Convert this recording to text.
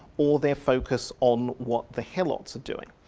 or their focus on what the helots are doing.